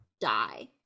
die